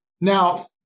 Now